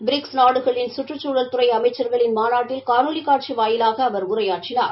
BRICS நாடுகளின் சுற்றுச்சூழல் துறை அமைச்சர்களின் மாநாட்டில் காணொலி காட்சி வாயிலாக அவர் உரையாற்றினார்